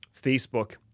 Facebook